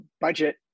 budget